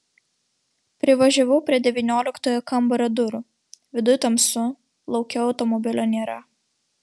privažiavau prie devynioliktojo kambario durų viduj tamsu lauke automobilio nėra